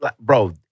bro